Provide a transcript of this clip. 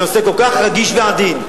בנושא כל כך רגיש ועדין,